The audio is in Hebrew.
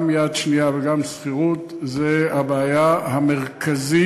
גם יד שנייה וגם שכירות זו הבעיה המרכזית